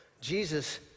Jesus